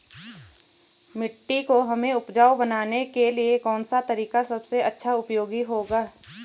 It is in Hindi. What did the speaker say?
मिट्टी को हमें उपजाऊ बनाने के लिए कौन सा तरीका सबसे अच्छा उपयोगी होगा?